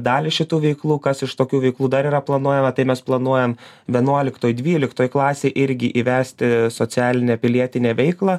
dalį šitų veiklų kas iš tokių veiklų dar yra planuojama tai mes planuojam vienuoliktoj dvyliktoj klasėj irgi įvesti socialinę pilietinę veiklą